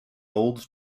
olds